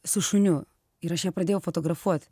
su šuniu ir aš ją pradėjau fotografuot